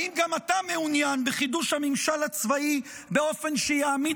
האם גם אתה מעוניין בחידוש הממשל הצבאי באופן שיעמיד